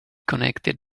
connected